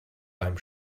beim